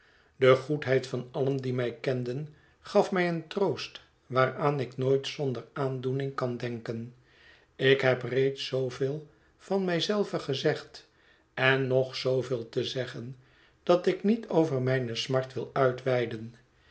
de goedheid van allen die mij kenden gaf mij een troost waaraan ik nooit zonder aandoening kan denken ik heb reeds zooveel van mij zelve gezegd en nog zooveel te zeggen dat ik niet over mijne smart wil uitweiden